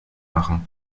machen